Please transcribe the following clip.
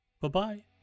Bye-bye